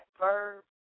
verb